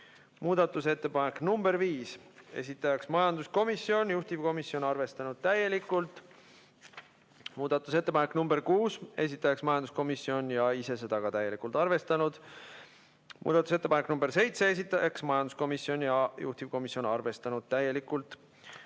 Muudatusettepanek nr 5, esitaja majanduskomisjon, juhtivkomisjon on arvestanud täielikult. Muudatusettepanek nr 6, esitanud majanduskomisjon ja ise seda ka täielikult arvestanud. Muudatusettepanek nr 7, esitanud majanduskomisjon ja juhtivkomisjon on arvestanud täielikult.